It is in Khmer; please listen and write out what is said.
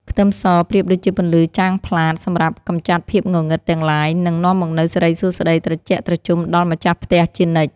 ខ្ទឹមសប្រៀបដូចជាពន្លឺចាំងផ្លាតសម្រាប់កម្ចាត់ភាពងងឹតទាំងឡាយ និង នាំមកនូវសិរីសួស្តីត្រជាក់ត្រជុំដល់ម្ចាស់ផ្ទះជានិច្ច។